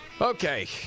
Okay